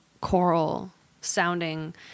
choral-sounding